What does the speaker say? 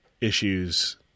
issues